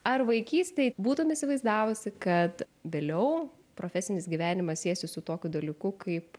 ar vaikystėj būtum įsivaizdavusi kad vėliau profesinis gyvenimas siesis su tokiu dalyku kaip